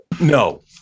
No